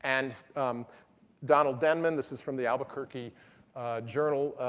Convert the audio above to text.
and donald denman this is from the albuquerque journal.